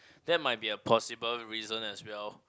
that might be a possible reason as well